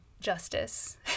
justice